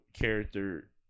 character